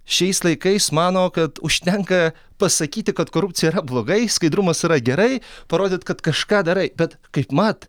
šiais laikais mano kad užtenka pasakyti kad korupcija yra blogai skaidrumas yra gerai parodyt kad kažką darai bet kaipmat